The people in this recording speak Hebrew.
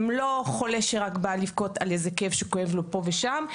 לא רק חולה שבא לבכות על איזה כאב שכואב לו פה ושם,